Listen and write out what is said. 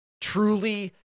truly